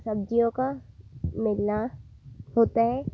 सब्जियों का मिलना होता है